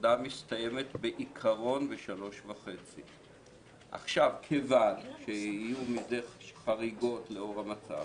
שהעבודה מסתיימת בעיקרון בשעה 15:30. מכיוון שיהיו מזה חריגות לאור המצב,